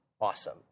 awesome